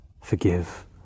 forgive